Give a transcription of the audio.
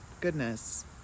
Goodness